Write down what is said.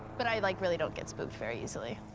but i, like, really don't get spooked very easily.